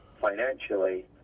financially